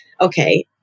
Okay